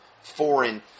foreign